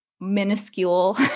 minuscule